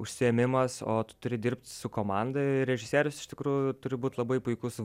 užsiėmimas o tu turi dirbt su komanda režisierius iš tikrųjų turi būt labai puikus